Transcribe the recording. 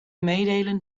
meedelen